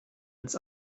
ins